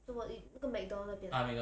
做么那个 McDonald's 那边 ah